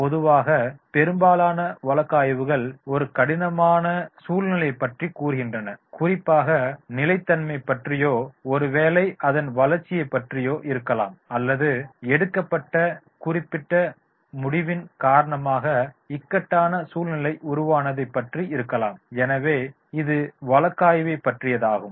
பொதுவாக பெரும்பாலான வழக்கு ஆய்வுகள் ஒரு கடினமான சூழ்நிலையைப் பற்றி கூறுகின்றன குறிப்பாக நிலைத்தன்மை பற்றியோ ஒருவேளை அதன் வளர்ச்சியைப் பற்றியோ இருக்கலாம் அல்லது எடுக்கப்பட்ட குறிப்பிட்ட முடிவின் காரணமாக இக்கட்டான சூழ்நிலை உருவானதை பற்றியும் இருக்கலாம் எனவே இது வழக்காய்வுப் பற்றியதாகும்